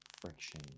friction